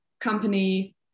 company